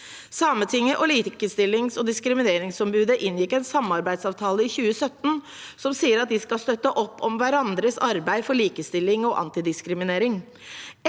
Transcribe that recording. Sametinget og Likestillings- og diskrimineringsombudet inngikk en samarbeidsavtale i 2017, som sier at de skal støtte opp om hverandres arbeid for likestilling og antidiskriminering.